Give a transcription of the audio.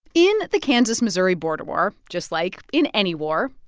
in the kansas-missouri border war, just like in any war,